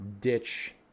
ditch